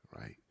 right